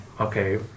okay